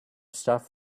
stuff